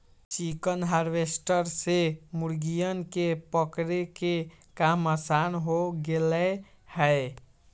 chicken harvester से मुर्गियन के पकड़े के काम आसान हो गैले है